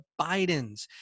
Bidens